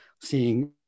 seeing